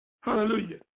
hallelujah